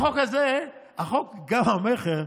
החוק הזה, גם חוק המכר,